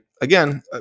again